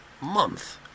month